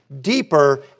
deeper